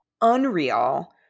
Unreal